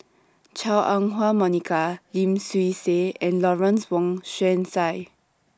Chua Ah Huwa Monica Lim Swee Say and Lawrence Wong Shyun Tsai